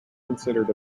considered